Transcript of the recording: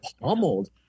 Pummeled